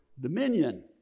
dominion